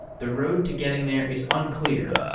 the road to getting there is unclear,